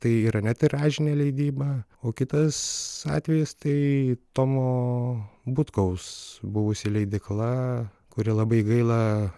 tai yra ne tiražinė leidyba o kitas atvejis tai tomo butkaus buvusi leidykla kuri labai gaila